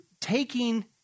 taking